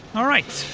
alright,